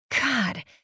God